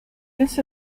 use